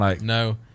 No